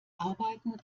arbeiten